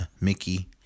Mickey